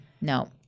No